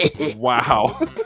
Wow